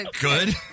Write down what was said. Good